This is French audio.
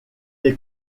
est